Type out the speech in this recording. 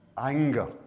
anger